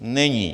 Není!